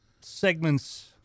segments